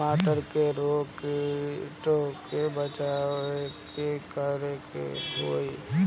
टमाटर को रोग कीटो से बचावेला का करेके होई?